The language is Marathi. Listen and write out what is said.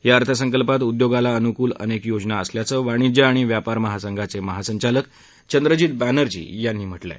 या अर्थसंकल्पात उद्योगाला अनुकूल अनेक योजना असल्याचं वाणिज्य आणि व्यापार महासंघाचे महासंघालक चंद्रजीत बॅनर्जी यांनी म्हटलं आहे